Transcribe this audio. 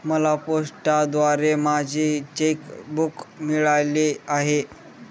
मला पोस्टाद्वारे माझे चेक बूक मिळाले आहे